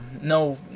no